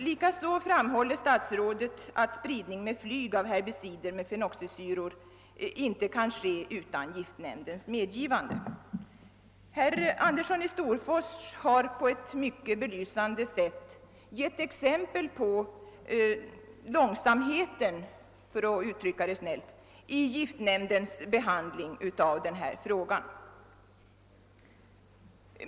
Likaså framhåller socialministern att spridning med flyg av herbicider med fenoxisyror inte kan ske utan giftnämndens medgivande. Herr Andersson i Storfors har gett mycket belysande exempel på långsamheten — för att uttrycka det snällt — i giftnämndens behandling av denna fråga.